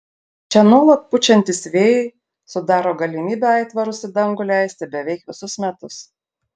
čia nuolat pučiantys vėjai sudaro galimybę aitvarus į dangų leisti beveik visus metus